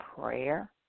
prayer